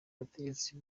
abategetsi